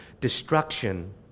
destruction